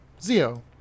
Zio